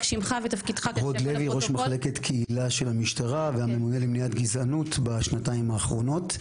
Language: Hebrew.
ראש מחלקת קהילה של המשטרה והממונה למניעת גזענות בשנתיים האחרונות.